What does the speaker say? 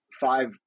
five